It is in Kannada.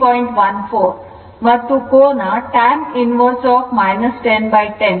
14 ಮತ್ತು ಕೋನ tan inverse 1010